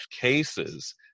cases